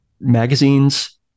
magazines